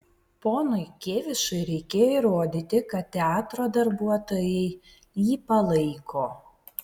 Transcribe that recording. ponui kėvišui reikėjo įrodyti kad teatro darbuotojai jį palaiko